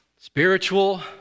spiritual